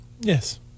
Yes